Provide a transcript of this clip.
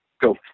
go